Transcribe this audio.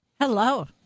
Hello